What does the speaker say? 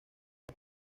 los